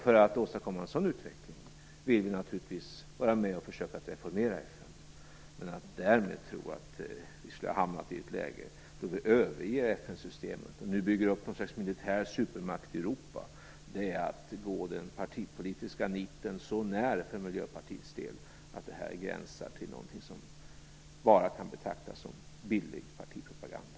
För att åstadkomma en sådan utveckling vill vi naturligtvis vara med och försöka att reformera FN. Men att därmed tro att vi skulle hamna i ett läge där vi överger FN-systemet och bygger upp något slags supermakt i Europa är för Miljöpartiets del att gå den partipolitiska mitten så när att det gränsar till något som bara kan betrakta som billig partipropaganda.